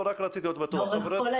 רק רציתי להיות בטוח.